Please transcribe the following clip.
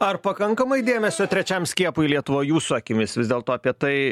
ar pakankamai dėmesio trečiam skiepui lietuvoj jūsų akimis vis dėlto apie tai